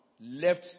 left